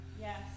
yes